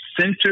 Center